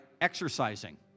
exercising